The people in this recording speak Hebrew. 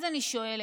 אז אני שואלת,